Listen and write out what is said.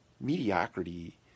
mediocrity